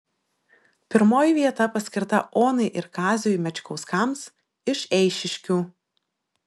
pirmoji vieta paskirta onai ir kaziui mečkauskams iš eišiškių